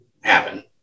happen